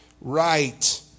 right